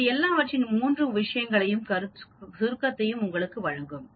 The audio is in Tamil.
இது எல்லாவற்றின் மூன்று விஷயங்களின் சுருக்கத்தையும் உங்களுக்கு வழங்கும்